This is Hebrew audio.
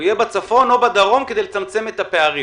שהמכשיר יהיה בצפון או בדרום כדי לצמצם את הפערים.